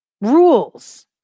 Rules